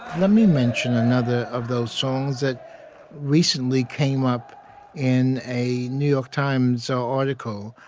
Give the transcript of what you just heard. let me mention another of those songs that recently came up in a new york times so article.